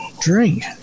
drink